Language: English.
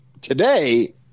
Today